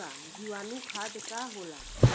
जीवाणु खाद का होला?